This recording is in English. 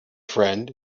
friend